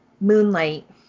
Moonlight